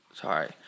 Sorry